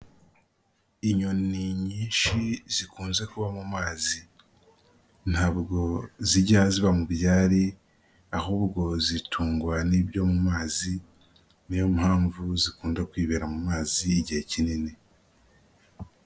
Inyoni nyinshi zikunze kuba mu mazi, ntabwo zijya ziba mu byari ahubwo zitungwa n'ibyo mu mazi, ni yo mpamvu zikunda kwibera mu mazi igihe kinini.